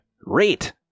Rate